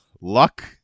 luck